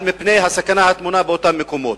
ואין שום אמצעי אזהרה מפני הסכנה הטמונה באותם מקומות?